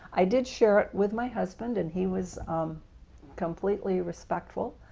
i did share it with my husband and he was completely respectful.